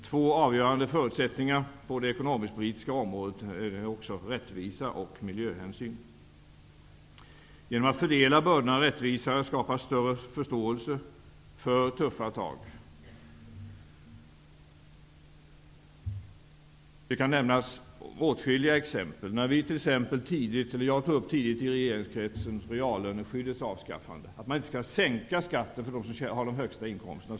Två avgörande förutsättningar på det ekonomiskpolitiska området är också rättvise och miljöhänsyn. Genom att fördela bördorna rättvisare skapar man större förståelse för tuffa tag. Det finns åtskilliga exempel. I regeringskretsen tog jag tidigt upp frågan om reallöneskyddets avskaffande. Man skall inte sänka skatten för dem som har de högsta inkomsterna.